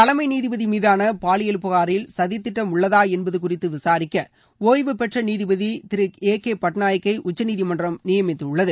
தலைமை நீதிபதி மீதான பாலியல் புகாரில் சதிதிட்டம் உள்ளதா என்பது குறித்து விசாரிக்க ஓய்வு பெற்ற நீதிபதி திரு ஏ கே பட்நாயக்கை உச்சநீதிமன்றம் நியமித்துள்ளது